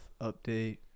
update